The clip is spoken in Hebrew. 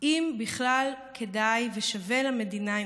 אם בכלל כדאי ושווה למדינה,